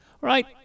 right